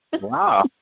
Wow